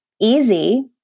easy